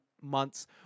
months